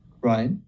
Right